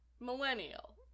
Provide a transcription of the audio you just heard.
millennial